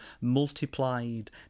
multiplied